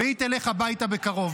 והיא תלך הביתה בקרוב,